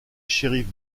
shérif